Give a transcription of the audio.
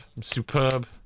superb